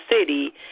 City